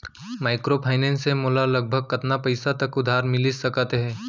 Microfinance से मोला लगभग कतना पइसा तक उधार मिलिस सकत हे?